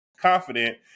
confident